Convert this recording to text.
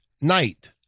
night